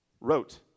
wrote